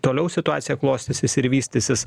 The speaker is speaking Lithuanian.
toliau situacija klostysis ir vystysis